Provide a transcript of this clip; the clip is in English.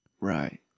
Right